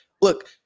look